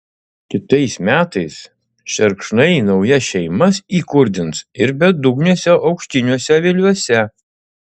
kitais metais šerkšnai naujas šeimas įkurdins ir bedugniuose aukštiniuose aviliuose